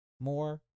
more